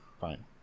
fine